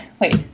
wait